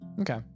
Okay